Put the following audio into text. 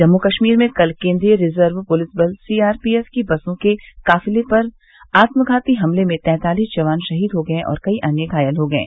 जम्म् कश्मीर में कल केन्द्रीय रिजर्व प्लिस बल सी आरपी एफ की बसों के काफिले पर आत्मघाती हमले में तैंतालिस जवान शहीद हो गए और कई अन्य घायल हो गये